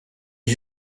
est